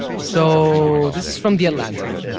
so this is from the atlantic.